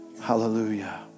Hallelujah